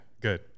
good